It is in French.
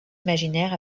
imaginaire